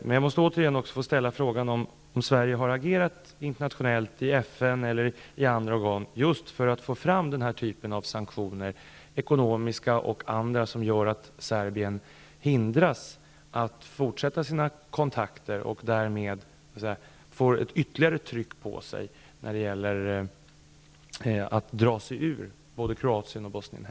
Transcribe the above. Men jag måste återigen få ställa frågan om Sverige har agerat internationellt i FN eller i andra organ just för att få fram sanktioner, ekonomiska och andra, som gör att Serbien hindras att fortsätta sina kontakter och därmed får ytterligare tryck på sig när det gäller att dra sig ur både Kroatien och